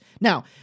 Now